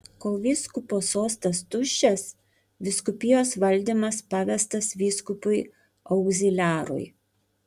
kol vyskupo sostas tuščias vyskupijos valdymas pavestas vyskupui augziliarui